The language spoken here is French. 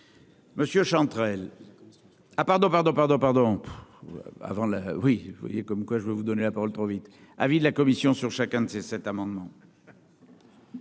Monsieur Chantrel ah pardon pardon pardon pardon avant le oui vous voyez comme quoi je vais vous donner la parole trop vite : avis de la commission sur chacun de ces cet amendement.